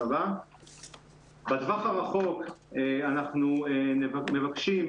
בטווח הרחוק אנחנו מבקשים,